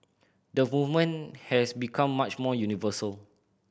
the movement has become much more universal